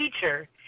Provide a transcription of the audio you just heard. teacher